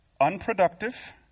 unproductive